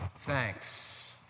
thanks